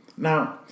Now